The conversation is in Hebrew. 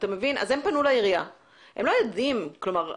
פנו לעירייה, והם לא יודעים למי לפנות.